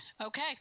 Okay